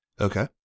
Okay